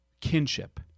kinship